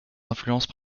influences